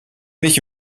mich